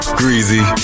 greasy